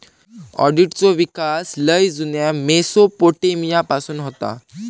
ऑडिटचो विकास लय जुन्या मेसोपोटेमिया पासून होता